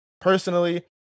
personally